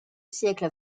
siècle